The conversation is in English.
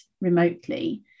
remotely